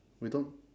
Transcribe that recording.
we don't